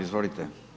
Izvolite.